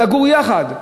לגור יחד.